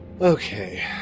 Okay